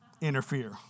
interfere